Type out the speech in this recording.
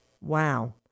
Wow